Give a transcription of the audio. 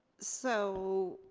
so